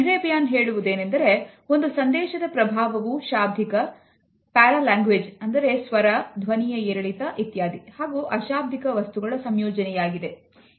Mehrabian ಹೇಳುವುದೇನೆಂದರೆ ಒಂದು ಸಂದೇಶದ ಪ್ರಭಾವವು ಶಾಬ್ದಿಕ paralanguage ಸ್ವರ ಧ್ವನಿಯ ಏರಿಳಿತ ಇತ್ಯಾದಿ ಹಾಗೂ ಅಶಾಬ್ದಿಕ ವಸ್ತುಗಳ ಸಂಯೋಜನೆಯಾಗಿದೆ